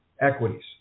equities